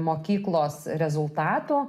mokyklos rezultatų